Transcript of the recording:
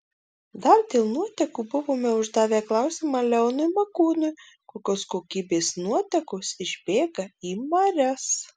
dar dėl nuotekų buvome uždavę klausimą leonui makūnui kokios kokybės nuotekos išbėga į marias